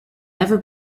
never